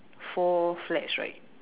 four flags right